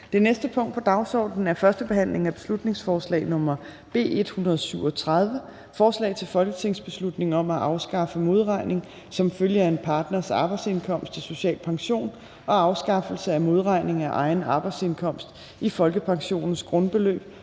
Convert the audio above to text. (Fremsættelse 26.04.2022). 7) 1. behandling af beslutningsforslag nr. B 137: Forslag til folketingsbeslutning om at afskaffe modregning som følge af en partners arbejdsindkomst i social pension og afskaffelse af modregning af egen arbejdsindkomst i folkepensionens grundbeløb